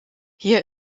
hier